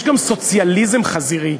יש גם סוציאליזם חזירי.